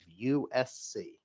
USC